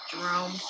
Jerome